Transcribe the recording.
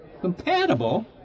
Compatible